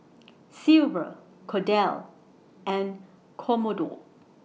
Silver Cordell and Commodore